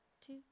two